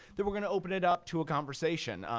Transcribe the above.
then we're going to open it up to a conversation.